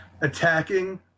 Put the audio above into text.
attacking